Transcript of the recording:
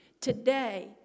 today